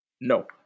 No